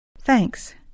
Thanks